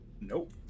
Nope